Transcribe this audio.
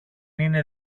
είναι